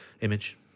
image